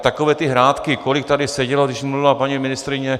Takové ty hrátky, kolik tady sedělo, když mluvila paní ministryně...